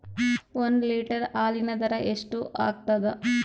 ಒಂದ್ ಲೀಟರ್ ಹಾಲಿನ ದರ ಎಷ್ಟ್ ಆಗತದ?